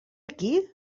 aquí